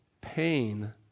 Pain